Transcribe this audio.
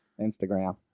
instagram